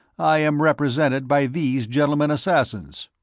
i am represented by these gentlemen-assassins.